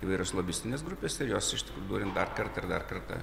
įvairios lobistinės grupės ir jos iš tikrųjų turime dar kartą ir dar kartą